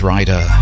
Rider